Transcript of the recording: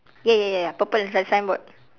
ya ya ya ya purple is like signboard